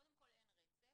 קודם כל אין רצף,